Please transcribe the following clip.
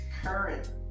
current